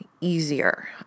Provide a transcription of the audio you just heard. easier